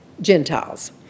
Gentiles